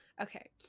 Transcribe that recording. Okay